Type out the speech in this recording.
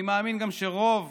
אני מאמין גם שרוב,